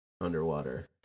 underwater